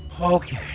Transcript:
Okay